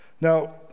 Now